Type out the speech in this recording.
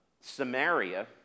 Samaria